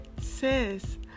sis